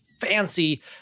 fancy